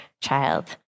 child